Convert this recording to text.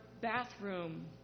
bathroom